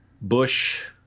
bush